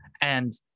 And-